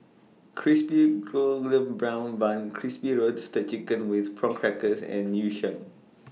Crispy Golden Brown Bun Crispy Roasted Chicken with Prawn Crackers and Yu Sheng